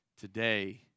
today